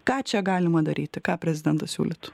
ką čia galima daryti ką prezidentas siūlytų